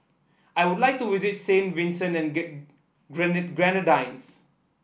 I would like to visit Saint Vincent and Grenadines